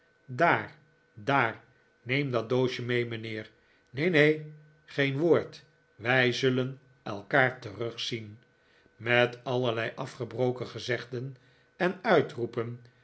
daar daar neem dat doosje mee mijnheer neen neen geen woord wij zullen elkaar terugzien met allerlei afgebroken gezegden en uitroepen